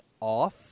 off